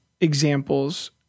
examples